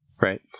Right